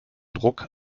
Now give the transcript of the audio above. druck